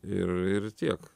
ir ir tiek